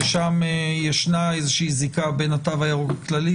ששם ישנה איזושהי זיקה בין התו הירוק הכללי